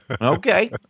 Okay